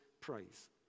praise